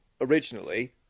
originally